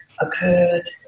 occurred